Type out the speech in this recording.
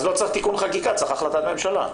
אז לא צריך תיקון חקיקה, צריך החלטת ממשלה.